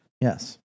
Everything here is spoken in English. Yes